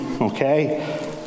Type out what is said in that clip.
okay